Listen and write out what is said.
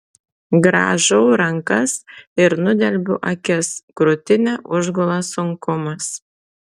grąžau rankas ir nudelbiu akis krūtinę užgula sunkumas